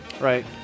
Right